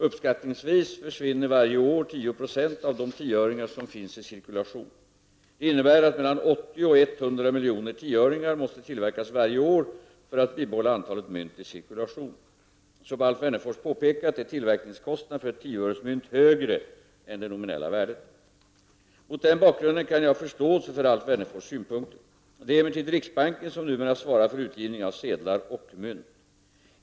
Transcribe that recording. Uppskattningsvis försvinner varje år 10 96 av de tioöringar som finns i cirkulation. Det innebär att mellan 80 och 100 miljoner tioöringar måste tillverkas varje år för att bibehålla antalet mynt i cirkulation. Som Alf Wennerfors påpekat är tillverkningskostnaden för ett tioöresmynt högre än det nominella värdet. Mot denna bakgrund kan jag ha förståelse för Alf Wennerfors synpunkter. Det är emellertid riksbanken som numera svarar för utgivningen av sedlar och mynt.